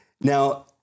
Now